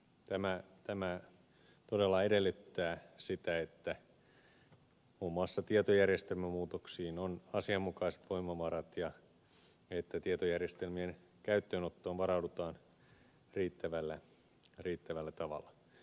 tämä todella edellyttää sitä että muun muassa tietojärjestelmämuutoksiin on asianmukaiset voimavarat ja että tietojärjestelmien käyttöönottoon varaudutaan riittävällä tavalla